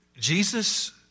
Jesus